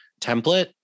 template